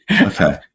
Okay